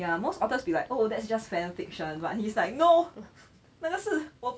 ya most authors will be like oh that's just fan fiction but he's like no 那个是我